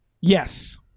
Yes